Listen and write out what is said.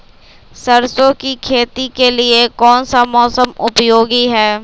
सरसो की खेती के लिए कौन सा मौसम उपयोगी है?